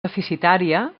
deficitària